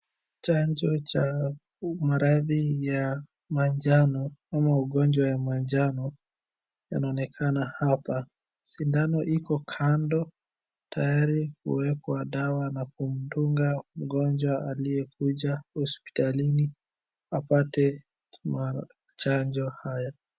Chanjo cha maradhi ya manjano ama ugonjwa ya manjano yanaonekana hapa, sindano iko kando tayari kuwekwa dawa na kumdunga mgonjwa aliyekuja hospitalini apate machanjo haya.